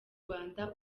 rwanda